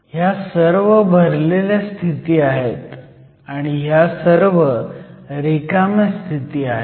ह्या सर्व भरलेल्या स्थिती आहेत आणि ह्या सर्व रिकाम्या स्थिती आहेत